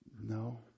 No